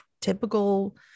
typical